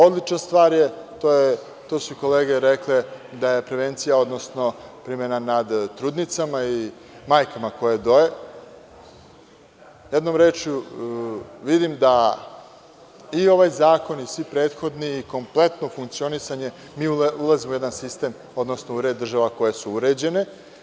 Odlična stvar je, to su i kolege rekle, da je prevencija, odnosno primena nad trudnicama i majkama koje doje, jednom rečju, vidim da i ovaj zakon i svi prethodni i kompletno funkcionisanje mi ulazimo u jedan sistem, odnosno u red država koje su uređene.